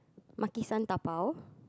MakiSan dabao